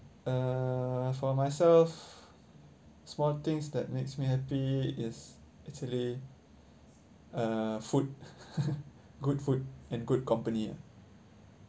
uh for myself small things that makes me happy is actually uh food good food and good company ah